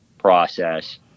process